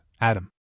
Adam